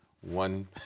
one